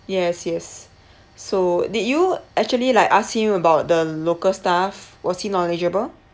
yes yes so did you actually like ask him about the local stuff was he knowledgeable